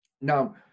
Now